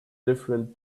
different